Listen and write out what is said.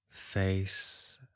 face